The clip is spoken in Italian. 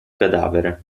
cadavere